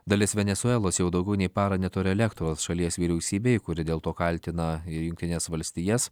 dalis venesuelos jau daugiau nei parą neturi elektros šalies vyriausybei kuri dėl to kaltina jungtines valstijas